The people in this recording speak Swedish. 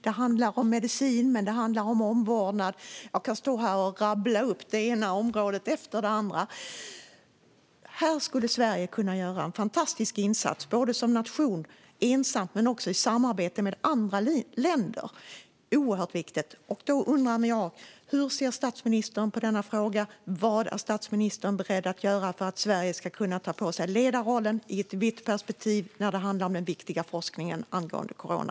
Det handlar om medicin och omvårdnad. Jag kan stå här och rabbla upp det ena området efter det andra. Här skulle Sverige kunna göra en fantastisk insats både ensamt som nation men också i samarbete med andra länder. Det är oerhört viktigt. Hur ser statsministern på denna fråga? Vad är statsministern beredd att göra för att Sverige ska kunna ta på sig ledarrollen i ett vitt perspektiv när det handlar om den viktiga forskningen angående corona?